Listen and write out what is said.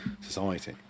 society